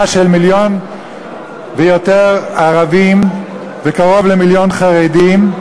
של מיליון ויותר ערבים וקרוב למיליון חרדים.